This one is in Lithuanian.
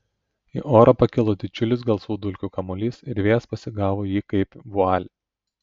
į orą pakilo didžiulis gelsvų dulkių kamuolys ir vėjas pasigavo jį kaip vualį